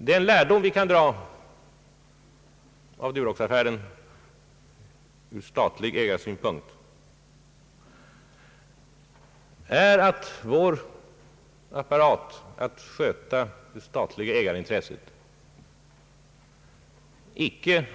Den lärdom vi kan dra av Duroxaffären från statlig ägarsynpunkt är att vår apparat att sköta det staliga ägarintresset icke